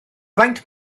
faint